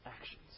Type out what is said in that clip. actions